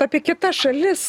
apie kitas šalis